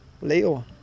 Leo